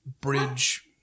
Bridge